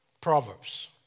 Proverbs